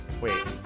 Wait